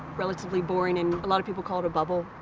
relatively boring, and a lot of people call it a bubble.